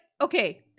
Okay